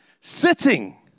Sitting